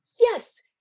yes